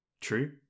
true